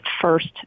first